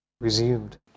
resumed